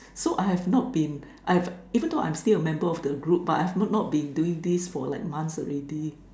so I have not been I have even though I'm still a member of the group but I have not been doing this for months already